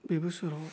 बे बोसोराव